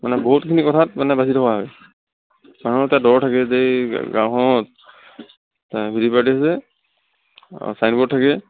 মানে বহুতখিনি কথাত মানে বাচি থকা হয় মানুহৰ এটা ডৰ থাকে যে গাঁওখনত ভি ডি পি পাৰ্টি আছে আৰু চাইন ব'ৰ্ড থাকে